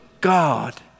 God